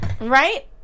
Right